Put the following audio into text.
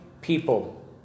people